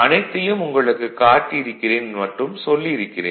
அனைத்தையும் உங்களுக்கு காட்டியிருக்கிறேன் மற்றும் சொல்லி இருக்கிறேன்